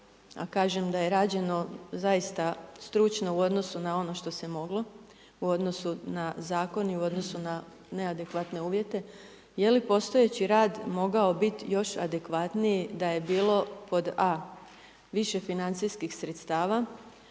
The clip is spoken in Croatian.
a kažem da je rađeno zaista stručno u odnosu na ono što se moglo u odnosu na zakon i u odnosu na neadekvatne uvjete, je li postojeći rad mogao biti još adekvatniji da je bilo pod a) više financijskih sredstava,